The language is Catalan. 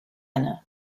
anna